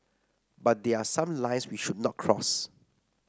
but there are some lines we should not cross